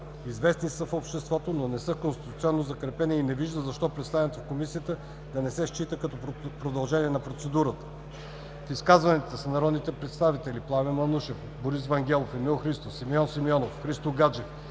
известни са в обществото, но не са конституционно закрепени и не вижда защо представянето в Комисията да не се счита като продължение на процедурата. В изказванията си народните представители Пламен Манушев, Борис Вангелов, Емил Христов, Симеон Симеонов, Христо Гаджев